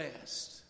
best